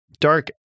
Dark